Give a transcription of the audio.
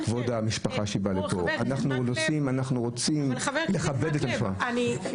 אנחנו רוצים לכבד את המשפחה.